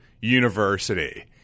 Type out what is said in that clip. University